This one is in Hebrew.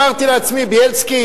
אמרתי לעצמי: בילסקי,